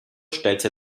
stellte